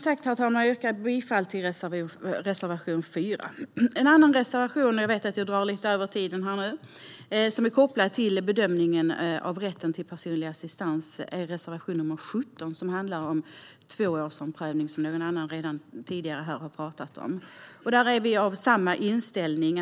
Jag yrkar bifall till reservation 4, herr talman. En annan reservation som är kopplad till bedömningen av rätten till personlig assistans är reservation 17 som handlar om tvåårsomprövning, som någon annan här redan tidigare har talat om. Där har vi samma inställning.